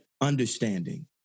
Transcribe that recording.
understanding